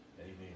Amen